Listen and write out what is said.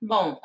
Bom